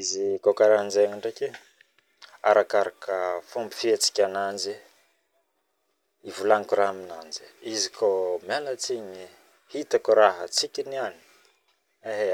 Izy koa karaha njegny ke arakaraka fomba fietsiky ananje ivolagnako raha aminanjy izy koa mialatsigny hitako tsikiniany aihe